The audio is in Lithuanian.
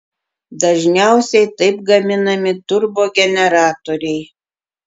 dažniausiai taip gaminami turbogeneratoriai